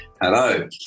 hello